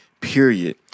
period